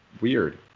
weird